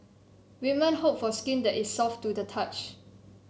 women hope for skin that is soft to the touch